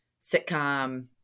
sitcom